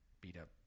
beat-up